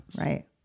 Right